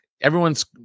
everyone's